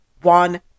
one